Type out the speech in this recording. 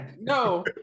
no